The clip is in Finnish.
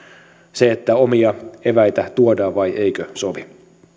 se että omia eväitä tuodaan vai eikö sovi